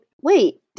wait